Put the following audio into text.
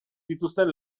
zituzten